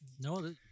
No